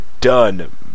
done